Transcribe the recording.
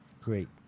Great